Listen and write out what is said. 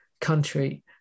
country